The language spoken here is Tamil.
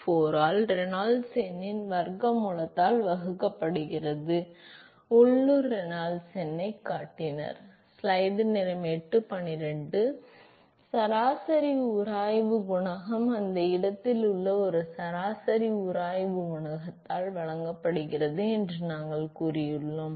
664 ஆல் ரெனால்ட்ஸ் எண்ணின் வர்க்க மூலத்தால் வகுக்கப்படுகிறது உள்ளூர் ரெனால்ட்ஸ் எண்ணைக் காட்டினார் சராசரி உராய்வு குணகம் அந்த இடத்தில் உள்ள ஒரு சராசரி உராய்வு குணகத்தால் வழங்கப்படுகிறது என்றும் நாங்கள் கூறியுள்ளோம்